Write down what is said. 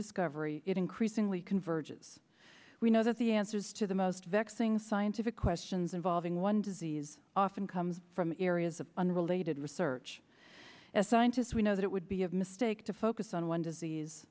discovery it increasingly converge is we know that the answers to the most vexing scientific questions involving one disease often comes from areas of unrelated research as scientists we know that it would be a mistake to focus on one disease